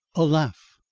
a laugh,